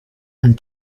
and